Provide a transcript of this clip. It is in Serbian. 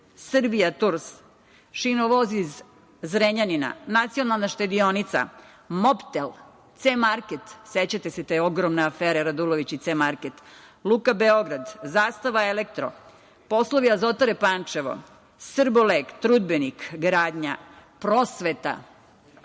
"Srbija turs", "Šinvoz" iz Zrenjanina, "Nacionalna štedionica", "Mobtel", "C market", sećate se te ogromne afere, Radulović i "C market", "Luka Beograd", "Zastava elektro", poslovi "Azotare Pančevo", "Srbolek", "Trudbenik gradnja", "Prosveta",